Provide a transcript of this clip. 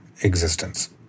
existence